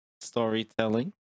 storytelling